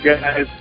guys